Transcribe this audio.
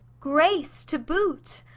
grace to boot!